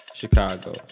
Chicago